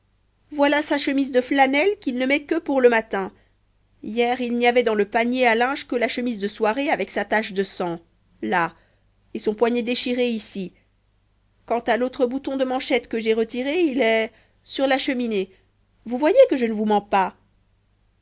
voilà sa chemise de flanelle qu'il ne met que pour le matin hier il n'y avait dans le panier de linge que la chemise de soirée avec sa tache de sang là et son poignet déchiré ici quant à l'autre bouton de manchette que j'ai retiré il est sur la cheminée vous voyez que je ne vous mens pas